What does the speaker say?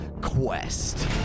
Quest